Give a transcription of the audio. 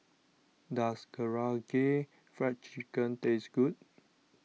does Karaage Fried Chicken taste good